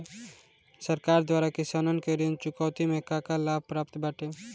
सरकार द्वारा किसानन के ऋण चुकौती में का का लाभ प्राप्त बाटे?